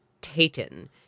taken